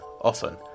Often